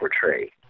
portray